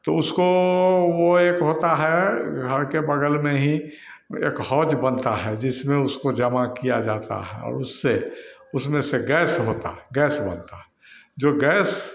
तो उसको वह एक होता है घर के बगल में ही एक हौज़ बनता है जिसमें उसको जमा किया जाता है और उससे उसमें से गैस होता है गैस बनता है जो गैस